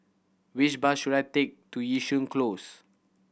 which bus should I take to Yishun Close